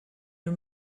who